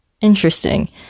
interesting